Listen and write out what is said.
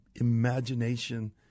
imagination